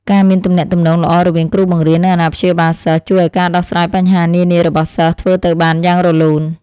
ការមានទំនាក់ទំនងល្អរវាងគ្រូបង្រៀននិងអាណាព្យាបាលសិស្ស ជួយឱ្យការដោះស្រាយបញ្ហានានារបស់សិស្សធ្វើទៅបានយ៉ាងរលូន។